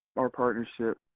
our partnership.